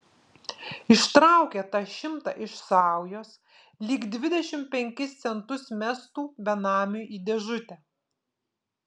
ištraukė tą šimtą iš saujos lyg dvidešimt penkis centus mestų benamiui į dėžutę